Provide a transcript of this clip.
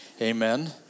Amen